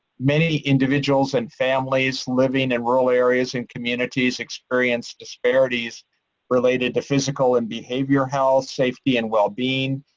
many individuals and families living in rural areas and communities experience disparities related to physical and behavioral health, safety and wellbeing.